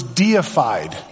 deified